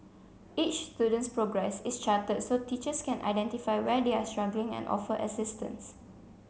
each student's progress is charted so teachers can identify where they are struggling and offer assistance